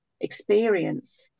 experience